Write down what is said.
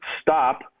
stop